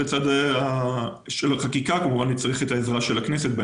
לגבי הצד של החקיקה נצטרך את העזרה של הכנסת,